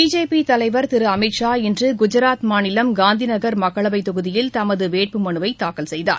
பிஜேபிதலைவர் திருஅமித்ஷா இன்றுகுஜாத் மாநிலம் காந்திநகர் மக்களவைத் தொகுதியில் தமதுவேட்புமனுவைதாக்கல் செய்தார்